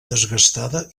desgastada